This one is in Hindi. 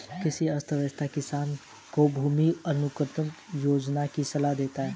कृषि अर्थशास्त्र किसान को भूमि के अनुकूलतम उपयोग की सलाह देता है